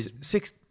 six